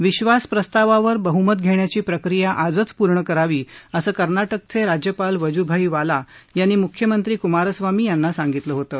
विश्वास प्रस्तावावर बहुमत घेण्याची प्रक्रिया आजचं पूर्ण करावी असं कर्नाटकचे राज्यपाल वजूभाई वाला यांनी मुख्यमंत्री कुमारस्वामी यांना सांगितलं होतं